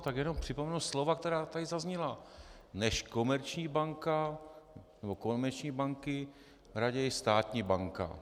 Tak jenom připomenu slova, která tady zazněla: než komerční banka nebo komerční banky, raději státní banka.